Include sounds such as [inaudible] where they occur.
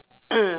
[coughs]